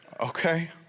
Okay